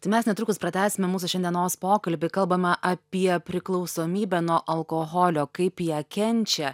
tai mes netrukus pratęsime mūsų šiandienos pokalbį kalbama apie priklausomybę nuo alkoholio kaip ją kenčia